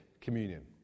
communion